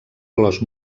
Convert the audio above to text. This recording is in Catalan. clos